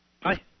Hi